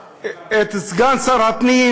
סגן שר הפנים.